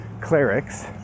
clerics